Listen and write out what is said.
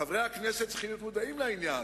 חברי הכנסת צריכים להיות מודעים לעניין,